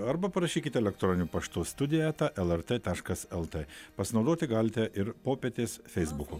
arba parašykite elektroniniu paštu studija eta lrt taškas lt pasinaudoti galite ir popietės feisbuku